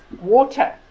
water